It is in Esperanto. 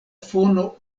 fono